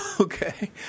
Okay